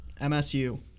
MSU